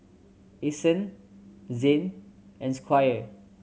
Ason Zane and Squire